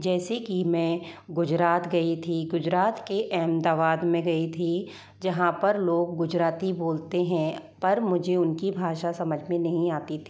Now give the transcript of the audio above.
जैसे कि मैं गुजरात गई थी गुजरात के अहमदाबाद में गई थी जहाँ पर लोग गुजराती बोलते हैं पर मुझे उनकी भाषा समझ में नहीं आती थी